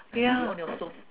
ya